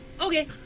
Okay